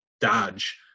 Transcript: dodge